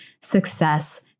success